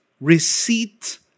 receipt